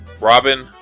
Robin